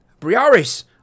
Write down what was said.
Briaris